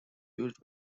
used